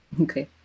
Okay